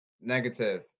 negative